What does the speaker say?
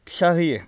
फिसा होयो